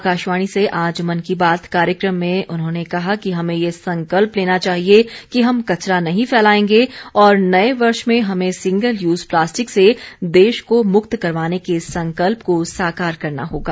आकाशावाणी से आज मन की बात कार्यक्रम में उन्होंने कहा कि हमें ये संकल्प लेना चाहिए कि हम कचरा नहीं फैलाएंगे और नए वर्ष में हमें सिंगल यूज प्लास्टिक से देश को मुक्त करवाने के संकल्प को साकार करना होगा